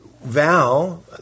Val